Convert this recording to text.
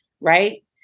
right